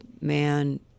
man